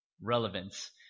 relevance